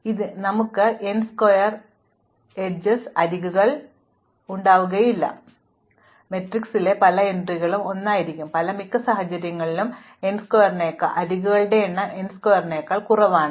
അതിനാൽ ഞങ്ങൾക്ക് ഇനി n ചതുര അരികുകളുണ്ടാകില്ല നിങ്ങൾ n ചതുര അരികുകളെക്കുറിച്ച് കേട്ടിട്ടുണ്ടെങ്കിൽ മാട്രിക്സിലെ പല എൻട്രികളും 1 ആയിരിക്കും പക്ഷേ മിക്ക സാഹചര്യങ്ങളിലും അരികുകളുടെ എണ്ണം n സ്ക്വയറിനേക്കാൾ വളരെ കുറവാണ്